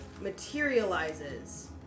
materializes